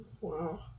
Wow